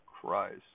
Christ